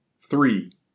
three